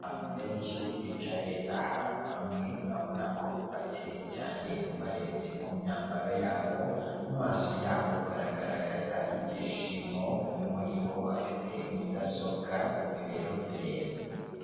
Abantu benshi bicaye ahantu hamwe urabona ko bakeye cyane ubarebye ku myambaro yabo, mumaso yabo baragaragaza ibyishimo, umwe muri bo afite mudasobwa ku bibero bye.